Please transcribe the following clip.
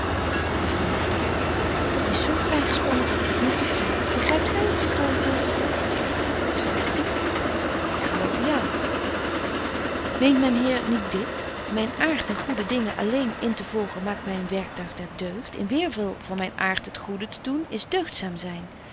juffrouw hartog dat is zo fyn gesponnen dat ik het niet begryp begrypt gy het juffrouw burgerhart saartje ik geloof ja meent myn heer niet dit myn aart in goede dingen alleen intevolgen maakt my een werktuig der deugd in weêrwil van myn aart het goede te doen is deugdzaam